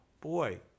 boy